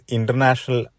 International